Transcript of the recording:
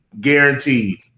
Guaranteed